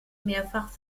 mehrfach